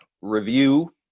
review